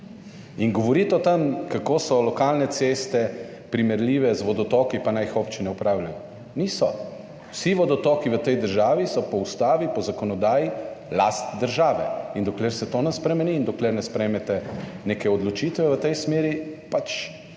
In govoriti o tem, kako so lokalne ceste primerljive z vodotoki, pa naj jih občine upravljajo, niso. Vsi vodotoki v tej državi, so po Ustavi po zakonodaji last države. In dokler se to ne spremeni in dokler ne sprejmete neke odločitve v tej smeri, pač